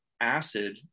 acid